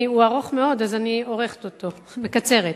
הוא ארוך מאוד, אז אני עורכת אותו, מקצרת.